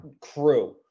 crew